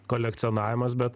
kolekcionavimas bet